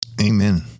Amen